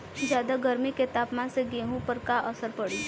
ज्यादा गर्मी के तापमान से गेहूँ पर का असर पड़ी?